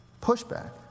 Pushback